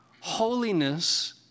Holiness